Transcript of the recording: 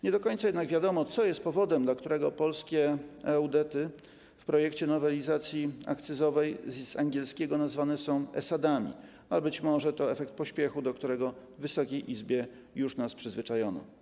Nie do końca jednak wiadomo, co jest powodem, dla którego polskie eUDT-y w projekcie nowelizacji akcyzowej z angielskiego nazwane są e-SAD-ami, ale być może to efekt pośpiechu, do którego w Wysokiej Izbie już nas przyzwyczajono.